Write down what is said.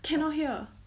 cannot hear